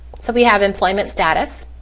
so we have employment status.